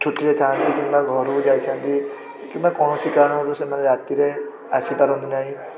ଛୁଟିରେ ଥାନ୍ତି କିମ୍ବା ଘରକୁ ଯାଇଥାନ୍ତି କିମ୍ବା କୌଣସି କାରଣରୁ ତ ସେମାନେ ରାତିରେ ଆସିପାରନ୍ତି ନାହିଁ